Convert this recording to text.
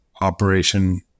operation